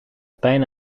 pijn